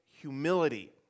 humility